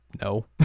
no